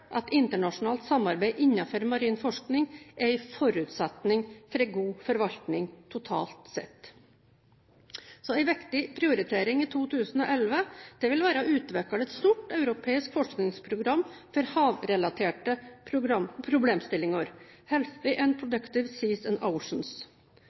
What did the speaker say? at internasjonalt samarbeid innenfor marin forskning er en forutsetning for en god forvaltning totalt sett. En viktig prioritering i 2011 vil være å utvikle et stort europeisk forskningsprogram for havrelaterte problemstillinger,